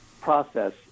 process